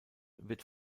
wird